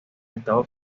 estado